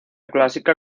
clásica